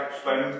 spend